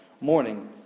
morning